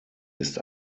ist